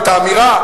את האמירה